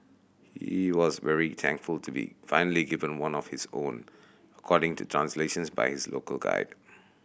he was very thankful to be finally given one of his own according to translations by is local guide